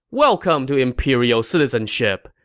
welcome to imperial citizenship!